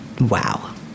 Wow